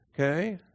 Okay